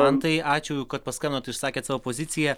mantai ačiū kad paskambinot išsakėt savo poziciją